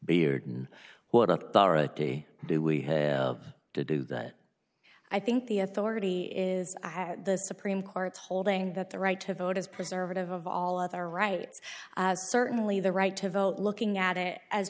authority do we have to do that i think the authority is i had the supreme court's holding that the right to vote has preservative of all other rights certainly the right to vote looking at it as